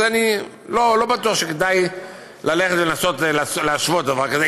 אז אני לא בטוח שכדאי לנסות להשוות דבר כזה,